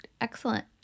excellent